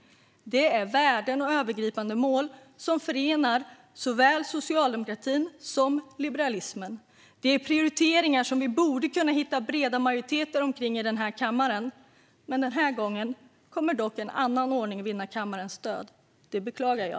Det är värden och övergripande mål som förenar såväl socialdemokratin som liberalismen, och det är prioriteringar som vi borde kunna hitta breda majoriteter för i denna kammare. Men den här gången kommer dock en annan ordning att vinna kammarens stöd. Det beklagar jag.